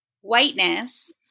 whiteness